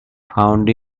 found